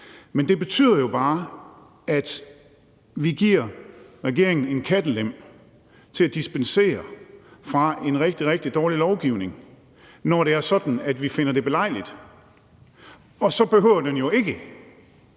Men det betyder jo bare, at vi giver regeringen en kattelem til at dispensere fra en rigtig, rigtig dårlig lovgivning, når det er sådan, at vi finder det belejligt, og så behøver den ikke